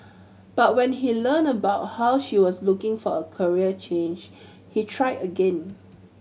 but when he learnt about how she was looking for a career change he tried again